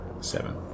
Seven